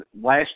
last